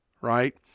right